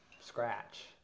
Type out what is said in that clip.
scratch